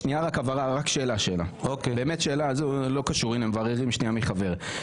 שאלה להבהרה, ומבררים מי חבר.